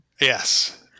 Yes